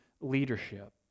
leadership